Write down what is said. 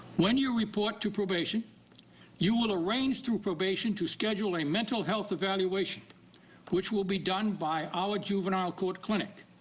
when you report to probation you will arrange through probation to schedule a mental health evaluation which will be done by our juvenile court clinic.